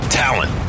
talent